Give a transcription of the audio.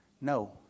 No